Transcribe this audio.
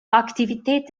aktivität